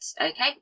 okay